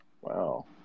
Wow